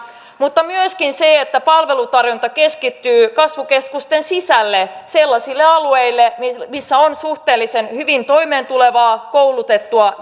mutta myöskin se että palvelutarjonta keskittyy kasvukeskusten sisälle sellaisille alueille missä on suhteellisen hyvin toimeentulevaa koulutettua